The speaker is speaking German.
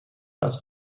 das